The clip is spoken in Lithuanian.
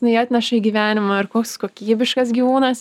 nei atneša į gyvenimą ir koks kokybiškas gyvūnas